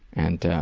and